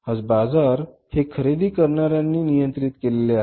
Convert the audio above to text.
आज बाजार हे खरेदी करणाऱ्यांनी नियंत्रित केलेले आहेत